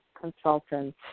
consultant